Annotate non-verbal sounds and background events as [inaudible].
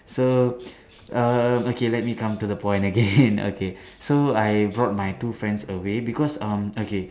so um okay let me come to the point again [laughs] okay so I brought my two friends away because um okay